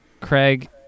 Craig